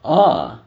orh